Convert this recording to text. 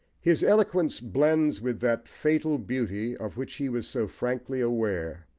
his eloquence blends with that fatal beauty, of which he was so frankly aware,